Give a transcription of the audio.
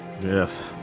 Yes